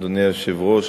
אדוני היושב-ראש,